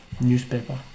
Newspaper